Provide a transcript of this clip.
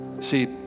See